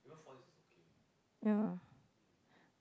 ya